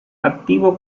activo